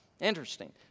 Interesting